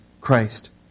Christ